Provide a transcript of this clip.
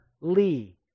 Lee